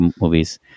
movies